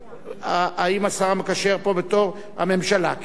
האם השר המקשר פה בתור הממשלה?